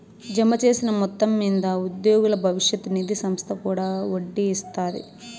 జమచేసిన మొత్తం మింద ఉద్యోగుల బవిష్యత్ నిది సంస్త కూడా ఒడ్డీ ఇస్తాది